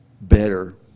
better